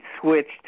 switched